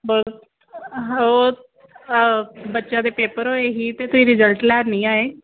ਬਸ ਹੋਰ ਬੱਚਿਆਂ ਦੇ ਪੇਪਰ ਹੋਏ ਸੀ ਅਤੇ ਤੁਸੀਂ ਰਿਜ਼ਲਟ ਲੈਣ ਨਹੀਂ ਆਏ